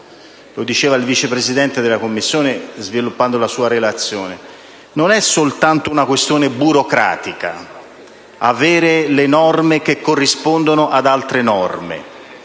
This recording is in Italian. Lo ha detto il Vice Presidente della Commissione sviluppando la sua relazione. Non è soltanto una questione burocratica: avere le norme che corrispondono ad altre norme.